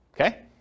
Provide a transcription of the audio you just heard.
Okay